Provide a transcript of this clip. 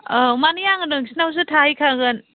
औ माने आङो नोंसोरनावसो थाहैखागोन